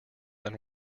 than